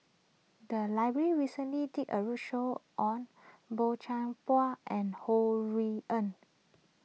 the library recently did a roadshow on Boey Chuan Poh and Ho Rui An